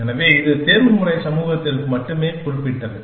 எனவே இது தேர்வுமுறை சமூகத்திற்கு மட்டுமே குறிப்பிட்டது